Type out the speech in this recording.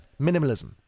minimalism